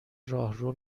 راهرو